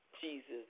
Jesus